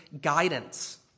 guidance